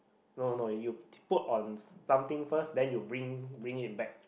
no no you put on something first then you bring bring it back